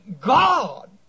God